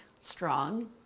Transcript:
strong